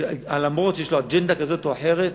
אף שיש לו אג'נדה כזאת או אחרת,